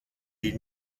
die